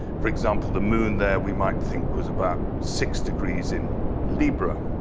for example, the moon there we might think was about six degrees in libra.